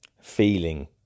feeling